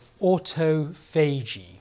autophagy